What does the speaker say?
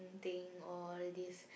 thing all these